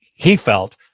he felt,